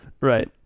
Right